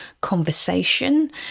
conversation